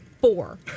Four